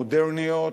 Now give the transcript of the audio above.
מודרניות,